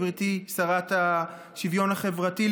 גברתי השרה לשוויון חברתי,